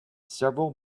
several